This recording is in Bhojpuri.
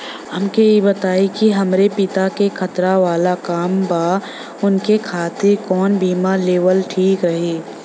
हमके ई बताईं कि हमरे पति क खतरा वाला काम बा ऊनके खातिर कवन बीमा लेवल ठीक रही?